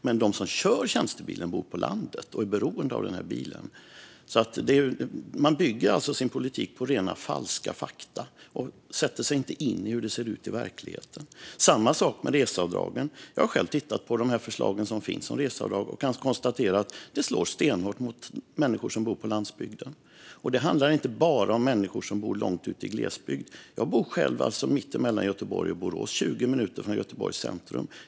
Men den som kör tjänstebilen bor på landet och är beroende av bilen. Man bygger alltså sin politik på falska fakta och sätter sig inte in i hur det ser ut i verkligheten. Det är samma sak med reseavdragen. Jag har själv tittat på de förslag som finns om reseavdrag och kan konstatera att de slår stenhårt mot människor som bor på landsbygden. Det handlar inte bara om människor som bor långt ute i glesbygd. Jag bor själv mitt emellan Göteborg och Borås, 20 minuter från Göteborgs centrum.